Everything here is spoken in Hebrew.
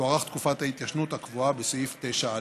תוארך תקופת ההתיישנות הקבועה בסעיף 9(א).